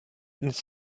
ins